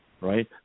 right